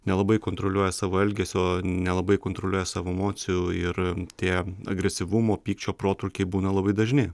nelabai kontroliuoja savo elgesio nelabai kontroliuoja savo emocijų ir tie agresyvumo pykčio protrūkiai būna labai dažni